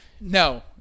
No